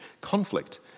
Conflict